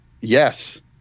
yes